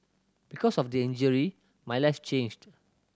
because of the injury my life changed